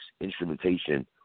instrumentation